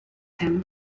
him